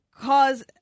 cause